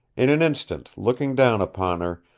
in an instant, looking down upon her,